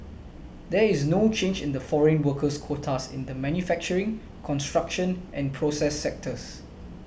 there is no change in the foreign workers quotas in the manufacturing construction and process sectors